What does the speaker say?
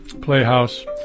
playhouse